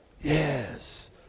yes